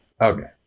Okay